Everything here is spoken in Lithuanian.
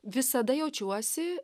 visada jaučiuosi